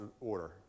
order